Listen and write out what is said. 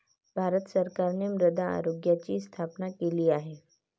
भारत सरकारने मृदा आरोग्याची स्थापना केली आहे